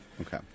Okay